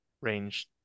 range